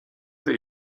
that